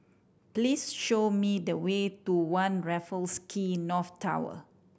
please show me the way to One Raffles Quay North Tower